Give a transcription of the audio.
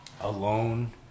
alone